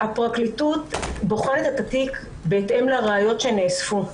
הפרקליטות בוחנת את התיק בהתאם לראיות שנאספו.